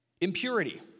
impurity